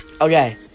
Okay